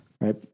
Right